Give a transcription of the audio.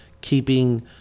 keeping